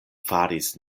faris